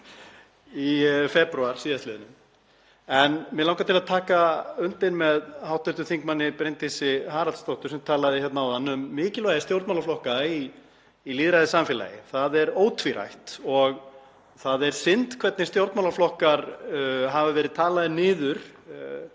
í febrúar síðastliðnum. Mig langar til að taka undir með hv. þm. Bryndísi Haraldsdóttur sem talaði hérna áðan um mikilvægi stjórnmálaflokka í lýðræðissamfélagi. Það er ótvírætt og það er synd hvernig stjórnmálaflokkar hafa verið talaðir niður